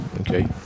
Okay